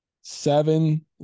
seven